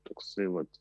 toksai vat